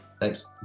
Thanks